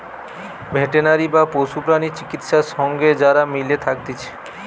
veterinary বা পশু প্রাণী চিকিৎসা সঙ্গে যারা মিলে থাকতিছে